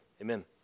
amen